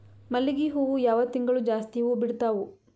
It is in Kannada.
ಮಲ್ಲಿಗಿ ಹೂವು ಯಾವ ತಿಂಗಳು ಜಾಸ್ತಿ ಹೂವು ಬಿಡ್ತಾವು?